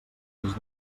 des